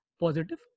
positive